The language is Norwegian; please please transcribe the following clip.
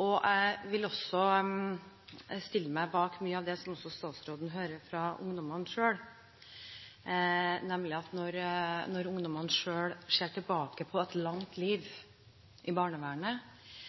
Jeg vil også stille meg bak mye av det som statsråden hører fra ungdommene selv, nemlig at når ungdommene selv ser tilbake på et langt liv i barnevernet,